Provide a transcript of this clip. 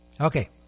Okay